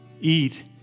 eat